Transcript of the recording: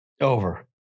Over